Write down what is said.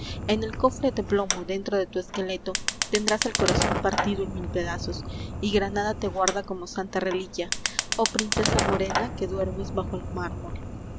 n ofre de plomo dentro de tu esqueleto endrás el corazón partido en mil pedazos granada te guarda como santa reliquia l h princesamorenaque duermes bajo el mármol